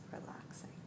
relaxing